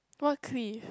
what cliff